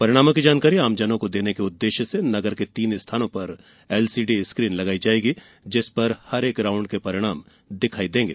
परिणामों की जानकारी आमजनों को देने के उद्देश्य से नगर के तीन स्थानों पर एलसीडी स्क्रीन लगाई जायेगी जिस पर प्रत्येक राउण्ड के परिणाम दिखाई देगें